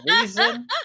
reason